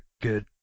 good